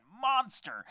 monster